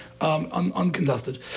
uncontested